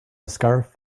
scarf